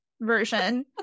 version